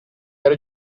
are